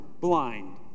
blind